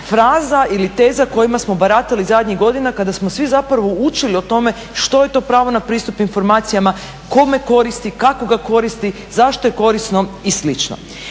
fraza ili teza kojima smo baratali zadnjih godina kada smo svi zapravo učili o tome što je to pravo na pristup informacijama, kome koristi, kako ga koristi, zašto je korisno i